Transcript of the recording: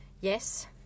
Yes